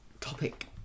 topic